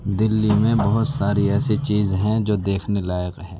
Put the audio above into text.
دہلی میں بہت ساری ایسی چیز ہیں جو دیخنے لائق ہیں